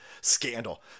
scandal